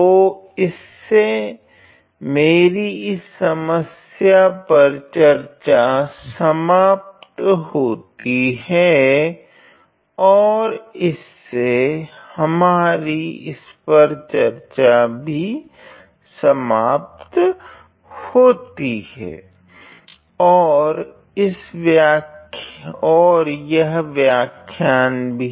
तो इससे मेरी इस समस्या पर चर्चा समाप्त होती है और इससे हमारी इस पर चर्चा भी समाप्त होती है और यह व्याख्यान भी